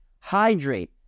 hydrate